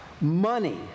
money